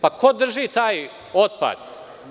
Pa, ko drži taj otpad?